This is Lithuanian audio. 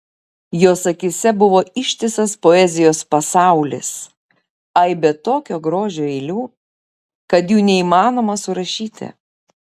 jos akyse buvo ištisas poezijos pasaulis aibė tokio grožio eilių kad jų neįmanoma surašyti